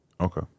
Okay